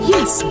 Yes